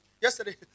Yesterday